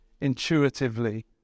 intuitively